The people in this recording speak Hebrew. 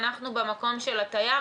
אנחנו במקום של התייר,